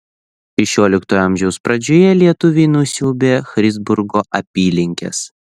šešioliktojo amžiaus pradžioje lietuviai nusiaubė christburgo apylinkes